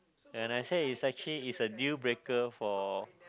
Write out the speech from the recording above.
and I say is actually is a deal breaker for